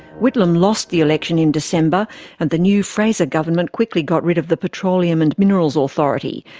whitlam lost the election in december and the new fraser government quickly got rid of the petroleum and minerals authority,